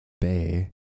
bay